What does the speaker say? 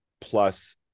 plus